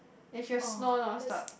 then she will snore non stop